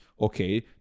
Okay